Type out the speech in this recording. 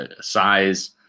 size